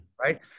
right